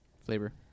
flavor